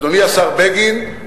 אדוני השר בגין,